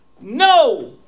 No